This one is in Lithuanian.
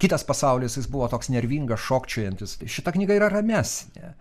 kitas pasaulis jis buvo toks nervingas šokčiojantis šita knyga yra ramesnė